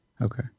Okay